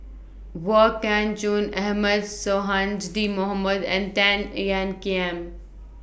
Wong Kah Chun Ahmad Sonhadji Mohamad and Tan Ean Kiam